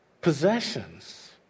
possessions